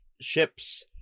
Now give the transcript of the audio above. ships